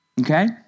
okay